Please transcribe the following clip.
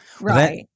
right